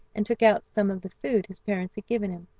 and took out some of the food his parents had given him.